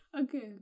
okay